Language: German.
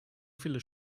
viele